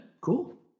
cool